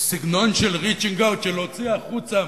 סגנון של להוציא החוצה,